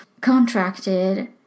contracted